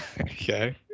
Okay